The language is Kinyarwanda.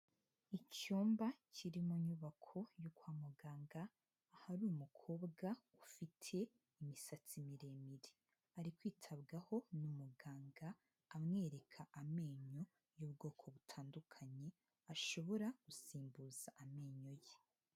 Icyumba kiri mu nyubako yo kwa muganga, ahari umukobwa ufite imisatsi miremire. Ari kwitabwaho n'umuganga, amwereka amenyo y'ubwoko butandukanye, ashobora gusimbuza amenyo ye.